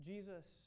Jesus